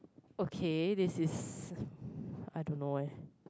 okay this is I don't know